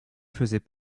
faisait